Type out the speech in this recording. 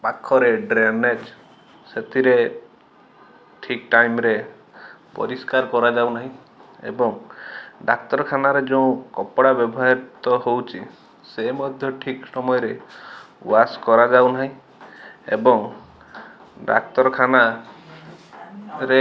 ପାଖରେ ଡ୍ରେନେଜ ସେଥିରେ ଠିକ୍ ଟାଇମରେ ପରିଷ୍କାର କରାଯାଉ ନାହିଁ ଏବଂ ଡାକ୍ତରଖାନାରେ ଯେଉଁ କପଡ଼ା ବ୍ୟବହାର ତ ହଉଛି ସେ ମଧ୍ୟ ଠିକ୍ ସମୟରେ ୱାସ କରାଯାଉ ନାହିଁ ଏବଂ ଡାକ୍ତଖାନା ରେ